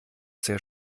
sehr